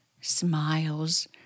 smiles